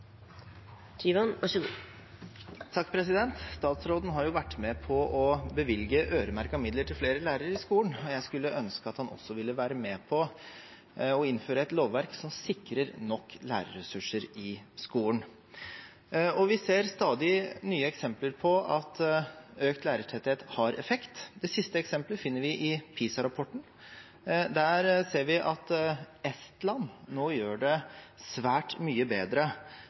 Statsråden har vært med på å bevilge øremerkete midler til flere lærere i skolen, og jeg skulle ønske at han også ville være med på å innføre et lovverk som sikrer nok lærerressurser i skolen. Vi ser stadig nye eksempler på at økt lærertetthet har effekt. Det siste eksemplet finner vi i PISA-rapporten. Der ser vi at Estland nå gjør det svært mye bedre